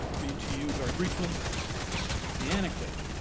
read to you very briefly the anecdote,